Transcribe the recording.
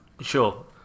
sure